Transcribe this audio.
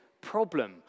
problem